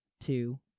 two